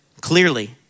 clearly